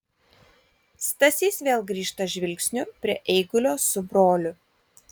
stasys vėl grįžta žvilgsniu prie eigulio su broliu